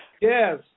yes